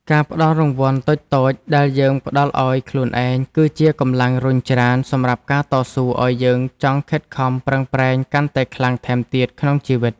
ការផ្ដល់រង្វាន់តូចៗដែលយើងផ្ដល់ឱ្យខ្លួនឯងគឺជាកម្លាំងរុញច្រានសម្រាប់ការតស៊ូឱ្យយើងចង់ខិតខំប្រឹងប្រែងកាន់តែខ្លាំងថែមទៀតក្នុងជីវិត។